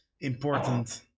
important